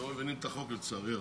לא מבינים את החוק, לצערי הרב.